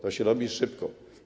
To się robi szybko.